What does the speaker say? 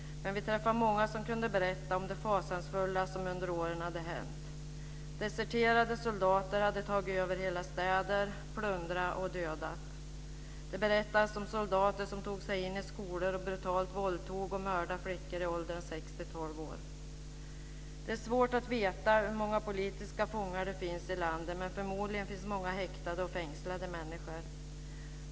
Men vi träffade många som kunde berätta om det fasansfulla som hade hänt under åren. Deserterade soldater hade tagit över hela städer, plundrat och dödat. Det berättades om soldater som tog sig in i skolor och brutalt våldtog och mördade flickor i åldern 6-12 år. Det är svårt att veta hur många politiska fångar det finns i landet. Men förmodligen finns många häktade och fängslade människor.